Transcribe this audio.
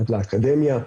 לאקדמיה.